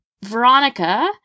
Veronica